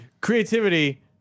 Creativity